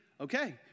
okay